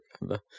remember